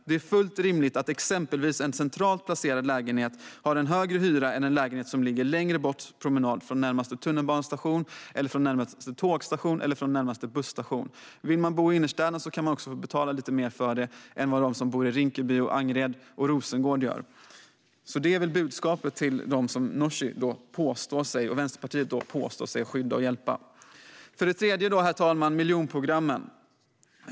Det är fullt rimligt att exempelvis en centralt placerad lägenhet har en högre hyra än en lägenhet som ligger en längre promenad från närmaste tunnelbanestation, närmaste tågstation eller närmaste busstation. Vill man bo i innerstäderna kan man få betala lite mer för sitt boende än vad de som bor i Rinkeby, Angered och Rosengård gör. Detta är väl budskapet till dem som Nooshi och Vänsterpartiet påstår sig skydda och hjälpa. Herr talman! Det tredje gäller miljonprogrammen.